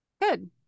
Good